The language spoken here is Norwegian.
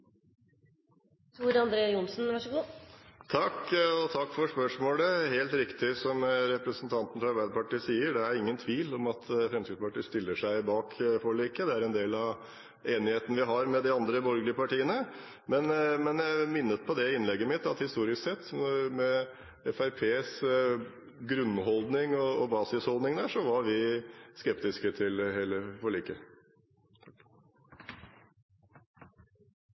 Takk for spørsmålet. Det er helt riktig som representanten fra Arbeiderpartiet sier: Det er ingen tvil om at Fremskrittspartiet stiller seg bak forliket. Det er en del av enigheten vi har med de andre borgerlige partiene. Men i innlegget mitt minnet jeg om at historisk sett, med Fremskrittspartiets grunnholdning, var vi skeptiske til hele forliket.